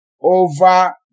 over